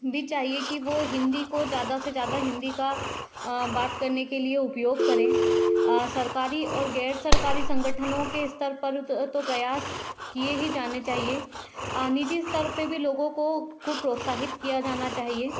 भी चाहिए की वो हिंदी को ज़्यादा से ज़्यादा हिंदी का बात करने के लिए उपयोग करें सरकारी और गैर सरकारी संगठनो के स्तर पर तो प्रयास किए ही जाने चाहिए निजी स्तर पर भी लोगों को खूब प्रोत्साहित किया जाना चाहिए